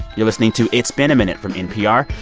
you're listening to it's been a minute from npr.